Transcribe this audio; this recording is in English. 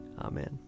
Amen